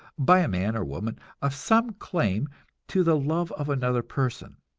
by a man or woman, of some claim to the love of another person,